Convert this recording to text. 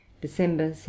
December